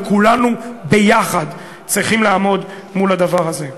וכולנו ביחד צריכים לעמוד מול הדבר הזה.